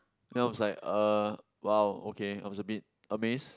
then I was like uh !wow! okay I was a bit amazed